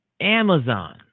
amazon